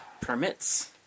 Permits